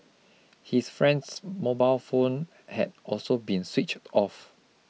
his friend's mobile phone had also been switched off